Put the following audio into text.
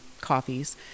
coffees